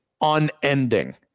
unending